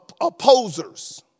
opposers